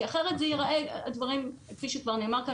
כי אחרת זה ייראה כפי שנאמר כאן,